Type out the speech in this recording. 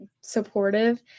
supportive